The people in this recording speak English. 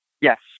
Yes